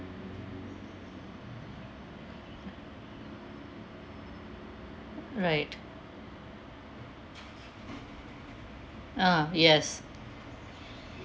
right uh yes